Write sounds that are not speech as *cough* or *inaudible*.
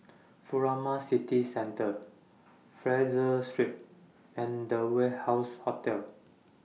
*noise* Furama City Centre Fraser Street and The Warehouse Hotel